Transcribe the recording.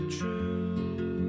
true